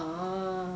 oh